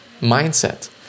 mindset